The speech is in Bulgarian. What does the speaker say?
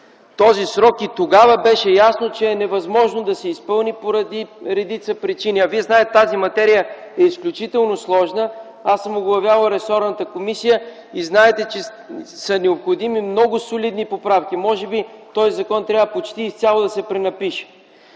2009 г.? И тогава беше ясно, че този срок не може да се изпълни по редица причини. Знаете, че тази материя е изключително сложна. Аз съм оглавявал ресорната комисия. Знаете, че са необходими много солидни поправки. Може би този закон трябва почти изцяло да се пренапише.